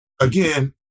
again